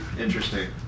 interesting